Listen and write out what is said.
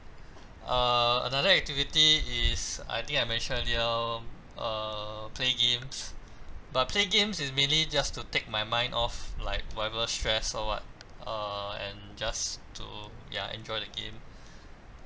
err another activity is I think I mentioned earlier err play games but play games is mainly just to take my mind off like whatever stress or what err and just to ya enjoy the game